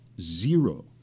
zero